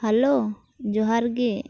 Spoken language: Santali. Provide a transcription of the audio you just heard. ᱦᱮᱞᱳ ᱡᱚᱦᱟᱨ ᱜᱮ